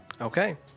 Okay